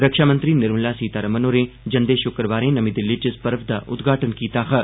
रक्षामंत्री निर्मला सीतारमण होरें जंदे शुक्रवारें नमीं दिल्ली च इस पर्व दा उद्घाटन कीता हा